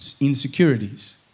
insecurities